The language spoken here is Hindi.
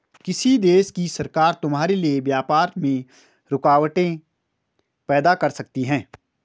किसी देश की सरकार तुम्हारे लिए व्यापार में रुकावटें पैदा कर सकती हैं